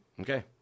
Okay